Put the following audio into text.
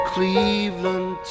Cleveland